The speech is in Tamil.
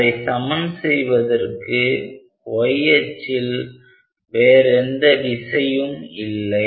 அதை சமன் செய்வதற்கு y அச்சில் வேறெந்த விசையும் இல்லை